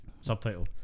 subtitle